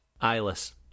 Eyeless